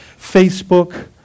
Facebook